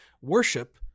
worship